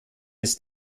ist